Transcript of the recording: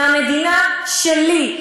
מהמדינה שלי,